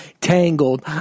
Tangled